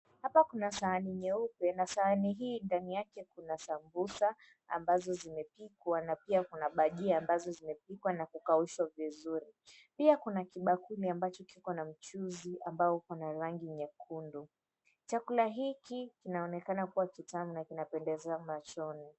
Hapa kuna sahani nyeupe na sahani hii ndani yake kuna sambusa ambazo zimepikwa na pia kuna bajia ambazo zimepikwa na kukaushwa vizuri. Pia kuna kibakuli ambacho kiko na mchuuzi ambao uko na rangi nyekundu. Chakula hiki kinaonekana kuwa kitamu na kinapendeza machoni.